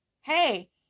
hey